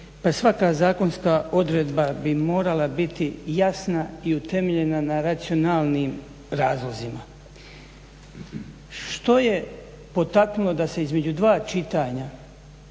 Pa svaka zakonska odredba bi morala biti jasna i utemeljena na racionalnim razlozima. Što je potaknulo da se između dva čitanja